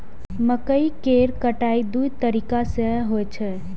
मकइ केर कटाइ दू तरीका सं होइ छै